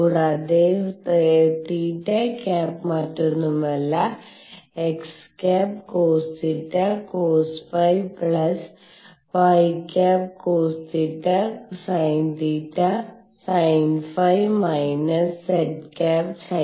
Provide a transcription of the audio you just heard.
കൂടാതെ θ മറ്റൊന്നുമല്ലx cosθcosϕ y cosθsinϕ− z sin θ